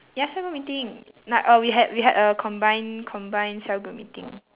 ya cell group meeting like uh we had we had a combined combined cell group meeting